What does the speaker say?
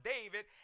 David